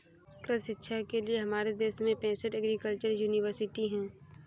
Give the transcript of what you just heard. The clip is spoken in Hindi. कृषि शिक्षा के लिए हमारे देश में पैसठ एग्रीकल्चर यूनिवर्सिटी हैं